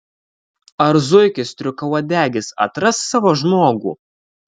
ar zuikis striukauodegis atras savo žmogų